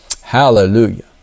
Hallelujah